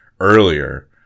earlier